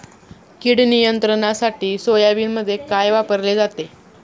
कीड नियंत्रणासाठी सोयाबीनमध्ये काय वापरले जाते?